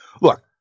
look